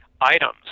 items